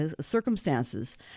circumstances